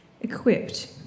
Equipped